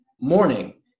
morning